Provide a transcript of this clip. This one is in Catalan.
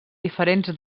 diferents